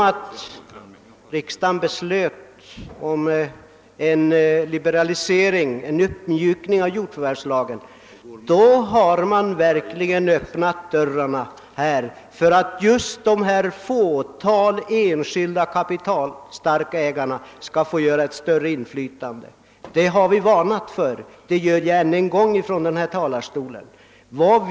Med det beslut som riksdagen fattade om en uppmjukning av jordförvärvslagen öppnades verkligen dörrarna för ett större inflytande från just fåtalet kapitalstarka ägares sida. Detta har vi varnat för, och jag gör det nu än en gång.